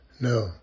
No